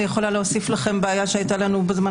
אני יכולה להוסיף לכם בעיה שהייתה לנו בזמן